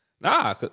Nah